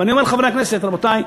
אני אומר לחברי הכנסת: רבותי,